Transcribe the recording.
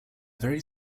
very